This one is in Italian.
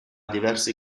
diversi